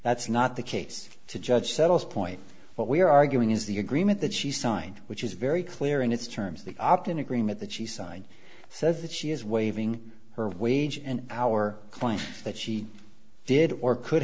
that's not the case to judge settles point what we're arguing is the agreement that she signed which is very clear in its terms the opt in agreement that she signed says that she is waving her wage and hour claim that she did or could